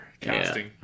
casting